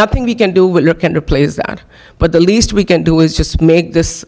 nothing we can do will look into play is that but the least we can do is just make this